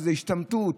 שזו השתמטות,